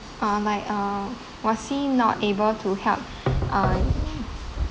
uh my uh was he not able to help uh